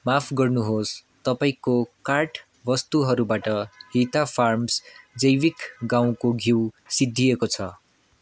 माफ गर्नु होस् तपाईँको कार्ट वस्तुहरूबाट हिता फार्म्स जैविक गाउँको घिउ सिद्धिएको छ